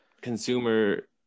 consumer